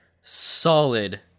solid